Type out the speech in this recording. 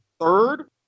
third